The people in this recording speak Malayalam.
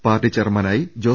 പാർട്ടി ചെയർമാനായി ജോസ്